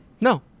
No